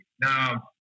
Now